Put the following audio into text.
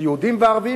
זה יהודים וערבים,